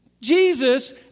Jesus